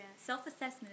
self-assessment